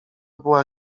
była